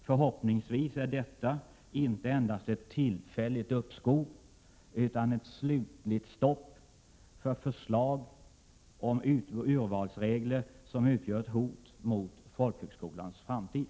Förhoppningsvis är detta inte endast ett tillfälligt uppskov utan ett slutligt stopp för förslag om urvalsregler som utgör ett hot mot folkhögskolans framtid.